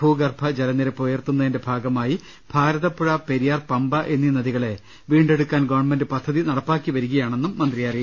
ഭൂഗർഭ ജലനിരപ്പ് ഉയർത്തു ന്നതിന്റെ ഭാഗമായി ഭാരതപ്പുഴ പെരിയാർ പമ്പ എന്നീ നദികളെ വീണ്ടെ ടുക്കാൻ ഗവൺമെന്റ് പദ്ധതികൾ നടപ്പാക്കി വരികയാണെന്നും മന്ത്രി പറഞ്ഞു